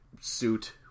suit